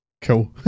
Cool